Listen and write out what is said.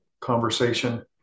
conversation